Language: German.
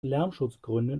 lärmschutzgründen